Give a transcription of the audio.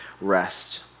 rest